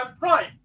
Right